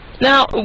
Now